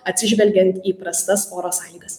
atsižvelgiant į prastas oro sąlygas